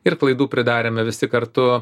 ir klaidų pridarėme visi kartu